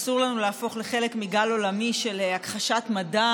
שאסור לנו להפוך לחלק מגל עולמי של הכחשת מדע